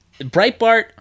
Breitbart